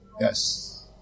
Yes